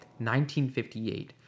1958